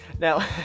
Now